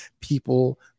people